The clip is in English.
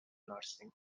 nursing